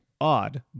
odd